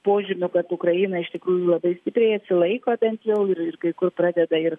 požymių kad ukraina iš tikrųjų labai stipriai atsilaiko bet jau ir ir kai kur pradeda ir